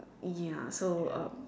ya so um